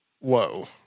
Whoa